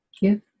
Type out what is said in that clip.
Give